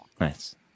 Nice